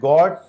God